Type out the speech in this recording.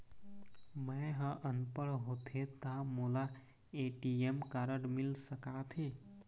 मैं ह अनपढ़ होथे ता मोला ए.टी.एम कारड मिल सका थे?